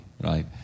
right